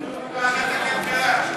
למה לא לוועדת הכלכלה?